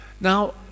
Now